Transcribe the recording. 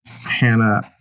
Hannah